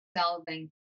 solving